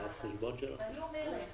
אני אומרת,